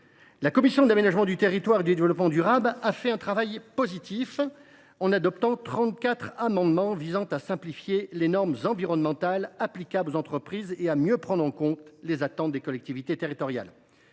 La commission de l’aménagement du territoire et du développement durable a fait un travail positif en adoptant 34 amendements visant à simplifier les normes environnementales applicables aux entreprises et à mieux prendre en compte les attentes des collectivités territoriales.